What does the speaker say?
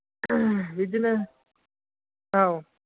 बिदिनो औ